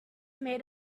made